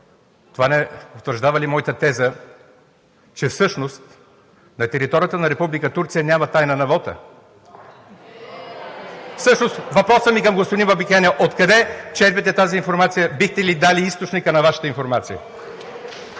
това не потвърждава ли моята теза, че всъщност на територията на Република Турция няма тайна на вота? (Реплики: „Еее!“) Всъщност, въпросът ми господин Бабикян е: откъде черпите тази информация? Бихте ли дали източника на Вашата информация?